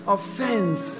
Offense